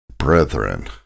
brethren